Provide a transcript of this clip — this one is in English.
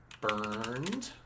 burned